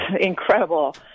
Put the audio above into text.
incredible